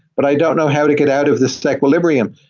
but i don't know how to get out of this equilibrium.